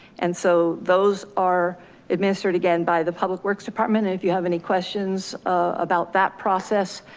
and so those are administered again by the public works department. and if you have any questions about that process,